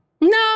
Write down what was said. no